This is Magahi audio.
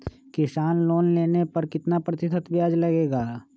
किसान लोन लेने पर कितना प्रतिशत ब्याज लगेगा?